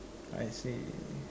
I see